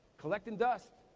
collecting dust,